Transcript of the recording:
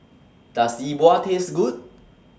Does Yi Bua Taste Good